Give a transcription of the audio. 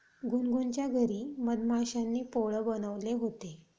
गुनगुनच्या घरी मधमाश्यांनी पोळं बनवले होते